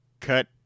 cut